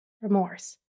remorse